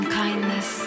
kindness